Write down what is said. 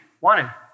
wanted